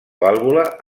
vàlvula